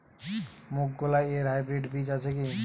মুগকলাই এর হাইব্রিড বীজ আছে কি?